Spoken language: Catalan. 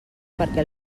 perquè